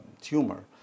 tumor